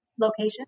location